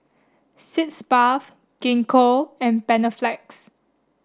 Sitz Bath Gingko and Panaflex